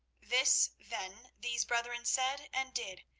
this, then, these brethren said and did,